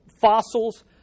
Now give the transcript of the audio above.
fossils